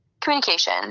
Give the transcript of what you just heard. communication